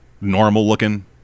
normal-looking